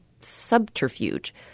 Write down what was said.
subterfuge